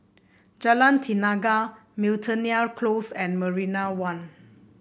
Jalan Tenaga Miltonia Close and Marina One